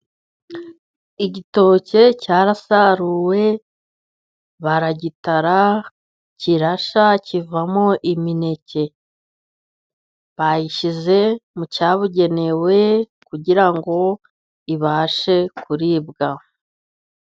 Igitoke cyarasaruwe, baragitara kirashya, kivamo imineke. Bayishyize mu cyabugenewe kugira ngo ibashe kuribwa.